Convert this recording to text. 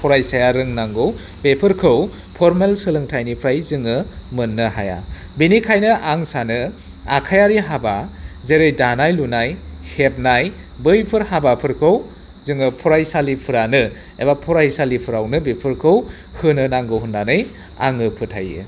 फरायसाया रोंनांगौ बेफोरखौ फर्मेल सोलोंथाइनिफ्राय जोङो मोननो हाया बेनिखायनो आं सानो आखाइआरि हाबा जेरै दानाय लुनाय हेबनाय बैफोर हाबाफोरखौ जोङो फरायसालिफोरानो एबा फरायसालिफोरावनो बेफोरखौ होनो नांगौ होननानै आङो फोथायो